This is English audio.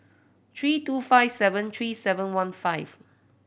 three two five seven three seven one five